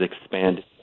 expanded